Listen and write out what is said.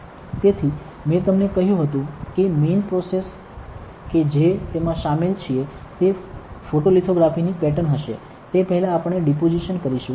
તેથી મેં તમને કહ્યું હતુ કે મેઇન પ્રોસેસ કે જે તેમાં શામેલ છીએ તે ફોટોલિથોગ્રાફીની પેટર્ન હશે તે પહેલાં આપણે ડિપોઝિશન કરીશું